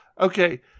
okay